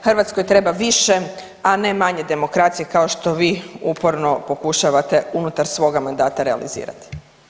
Hrvatskoj treba više, a ne manje demokracije kao što vi uporno pokušavate unutar svog mandata realizirati.